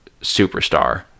superstar